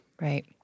Right